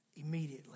immediately